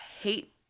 hate